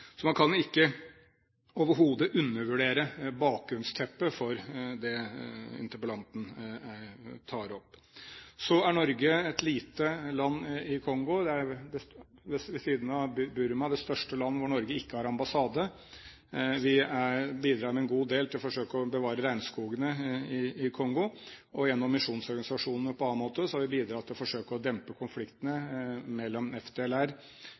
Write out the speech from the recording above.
Så man kan overhodet ikke undervurdere bakgrunnsteppet for det interpellanten tar opp. Norge er et lite land i Kongo. Det er ved siden av Burma det største land hvor Norge ikke har ambassade. Vi bidrar med en god del for å forsøke å bevare regnskogene i Kongo. Gjennom misjonsorganisasjonene og på annen måte har vi bidratt til å forsøke å dempe konfliktene mellom